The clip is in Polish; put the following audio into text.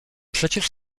przecież